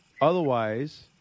Otherwise